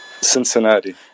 Cincinnati